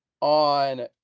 on